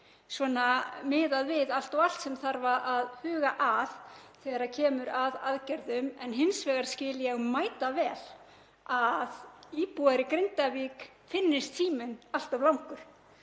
svona miðað við allt og allt sem þarf að huga að þegar kemur að aðgerðum. Hins vegar skil ég mætavel að íbúum í Grindavík finnist tíminn allt of langur,